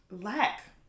lack